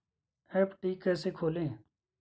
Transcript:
FD कैसे खोलें?